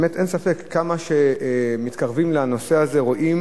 אין ספק שכמה שמתקרבים לנושא הזה רואים